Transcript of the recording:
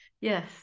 Yes